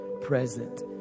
present